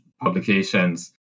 publications